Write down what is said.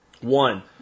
one